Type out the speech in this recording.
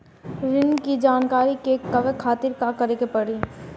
ऋण की जानकारी के कहवा खातिर का करे के पड़ी?